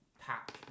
pack